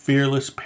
Fearless